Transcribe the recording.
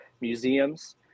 museums